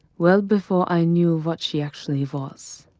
well before i knew what she actually was,